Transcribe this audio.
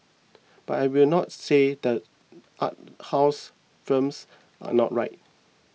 but I will not say that art house films are not right